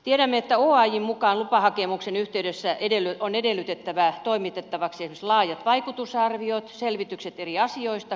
tiedämme että oajn mukaan lupahakemuksen yhteydessä on edellytettävä toimitettavaksi esimerkiksi laajat vaikutusarviot ja selvitykset eri asioista